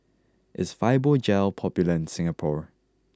is Fibogel popular in Singapore